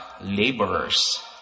laborers